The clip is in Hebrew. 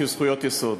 כזכויות יסוד.